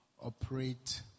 operate